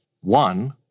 One